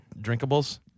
Drinkables